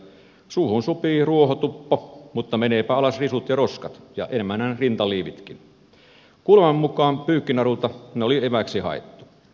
suuhun sopii ruohotuppo mutta menevätpä alas risut ja roskat ja emännän rintaliivitkin kuulemani mukaan pyykkinarulta ne oli evääksi haettu